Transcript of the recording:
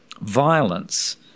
violence